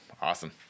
awesome